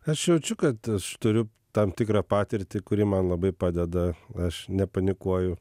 aš jaučiu kad aš turiu tam tikrą patirtį kuri man labai padeda aš nepanikuoju